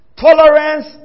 Tolerance